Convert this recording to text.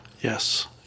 Yes